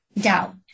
doubt